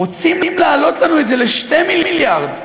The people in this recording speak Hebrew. ורוצים להעלות לנו את זה ל-2 מיליארד,